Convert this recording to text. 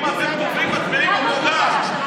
אם אתם טובעים, מטביעים גם אותו.